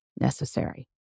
necessary